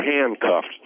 handcuffed